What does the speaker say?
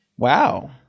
Wow